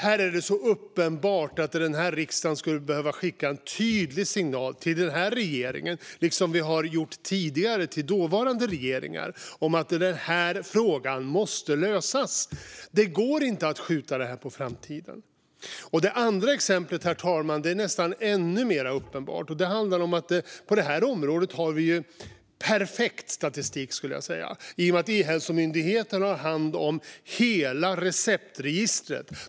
Det är uppenbart att riksdagen skulle behöva skicka en tydlig signal till denna regering, liksom vi har gjort till tidigare regeringar, om att frågan måste lösas. Det går inte att skjuta detta på framtiden. Herr talman! Det andra exemplet är nästan ännu mer uppenbart. På detta område har vi perfekt statistik, skulle jag säga, i och med att E-hälsomyndigheten har hand om hela receptregistret.